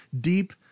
Deep